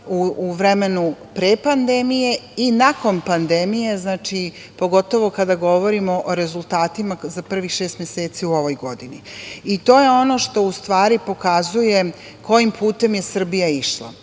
u vremenu pre pandemije i nakon pandemije, pogotovo kada govorimo o rezultatima za prvih šest meseci u ovoj godini. To je ono što u stvari pokazuje kojim putem je Srbija išla.